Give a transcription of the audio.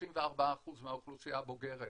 34% מהאוכלוסייה הבוגרת.